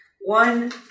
One